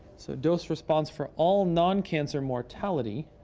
so dose response for all non-cancer mortality